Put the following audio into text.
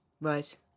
Right